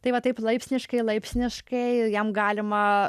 tai va taip laipsniškai laipsniškai ir jam galima